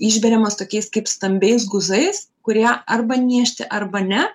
išberiamas tokiais kaip stambiais guzais kurie arba niežti arba ne